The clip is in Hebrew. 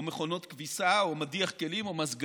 או מכונות כביסה או מדיח כלים או מזגנים,